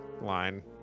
line